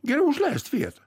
geriau užleist vietą